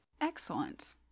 excellent